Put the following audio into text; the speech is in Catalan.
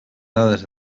dades